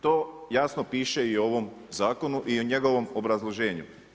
To jasno piše i u ovom zakonu i u njegovom obrazloženju.